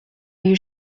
you